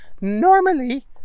normally